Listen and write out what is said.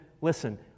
Listen